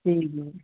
जी जी